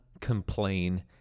complain